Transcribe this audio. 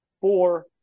four